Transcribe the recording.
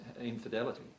infidelity